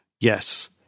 yes